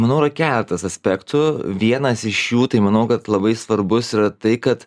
manau yra keletas aspektų vienas iš jų tai manau kad labai svarbus yra tai kad